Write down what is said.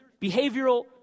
behavioral